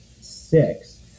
six